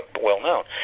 well-known